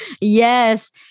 yes